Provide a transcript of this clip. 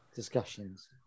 Discussions